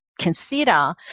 consider